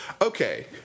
Okay